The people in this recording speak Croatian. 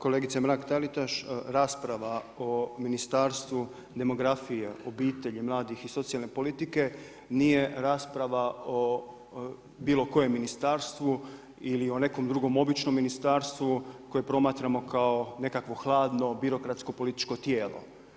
Kolegice Mrak-Taritaš, rasprava o Ministarstvu demografije, obitelji, mladih i socijalne politike nije rasprava o bilo kojem ministarstvu ili o nekom drugom običnom ministarstvu koje promatramo kao nekakvo hladno birokratsko političko tijelo.